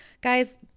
guys